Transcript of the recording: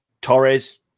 Torres